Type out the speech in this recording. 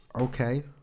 Okay